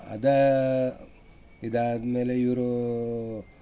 ಅದು ಇದಾದ ಮೇಲೆ ಇವ್ರು